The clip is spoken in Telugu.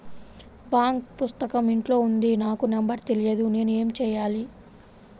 బాంక్ పుస్తకం ఇంట్లో ఉంది నాకు నంబర్ తెలియదు నేను ఏమి చెయ్యాలి?